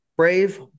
Brave